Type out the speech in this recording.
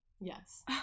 yes